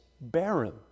barren